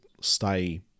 stay